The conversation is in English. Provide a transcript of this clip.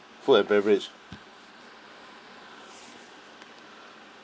food and beverage